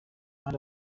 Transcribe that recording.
hari